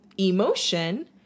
Emotion